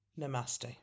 Namaste